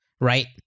right